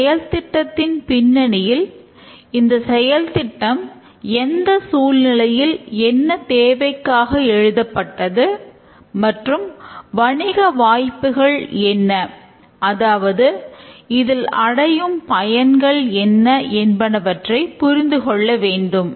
இந்த செயல் திட்டத்தின் பின்னணியில் இந்த செயல் திட்டம் எந்த சூழ்நிலையில் என்ன தேவைக்காக எழுப்பப்பட்டது மற்றும் வணிக வாய்ப்புகள் என்ன அதாவது இதில் அடையும் பயன்கள் என்ன என்பனவற்றை புரிந்து கொள்ள வேண்டும்